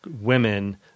women